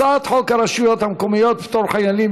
הצעת חוק הרשויות המקומיות (פטור חיילים,